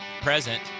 present